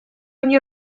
они